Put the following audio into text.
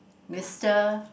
mister